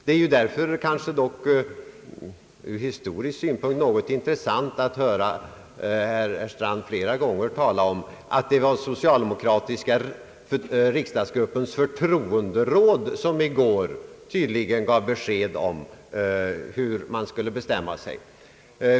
Det var ur historisk synpunkt ganska intressant att höra herr Strand flera gånger tala om att det var den socialdemokratiska riksdagsgruppens förtroenderåd som i går gav besked om hur man skulle bestämma sig.